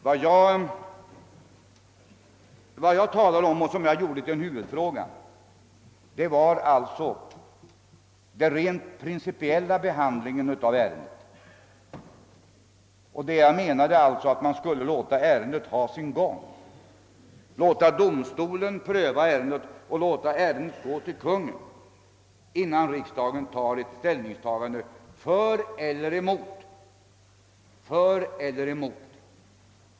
Vad jag nu talar om och som jag försökte göra till en huvudfråga var således den rent principiella behandlingen av ärendet. Jag menade att man skall låta ärendet ha sin gilla gång, låta domstolen få pröva det och låta det gå till Konungen, innan man tar ställning för eller emot.